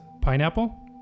pineapple